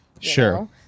Sure